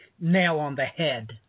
nail-on-the-head